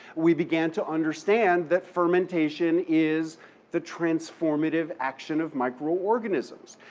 we began to understand that fermentation is the transformative action of microorganisms.